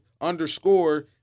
underscore